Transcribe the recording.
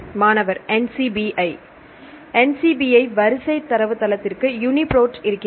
மாணவர் NCBI NCBI வரிசை தரவு தளத்திற்கு யூனிபிராட் இருக்கிறது